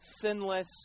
sinless